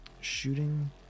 shooting